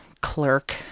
clerk